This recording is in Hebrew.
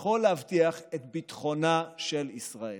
יכול להבטיח את ביטחונה של ישראל.